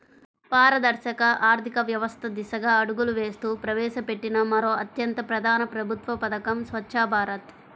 పారదర్శక ఆర్థిక వ్యవస్థ దిశగా అడుగులు వేస్తూ ప్రవేశపెట్టిన మరో అత్యంత ప్రధాన ప్రభుత్వ పథకం స్వఛ్చ భారత్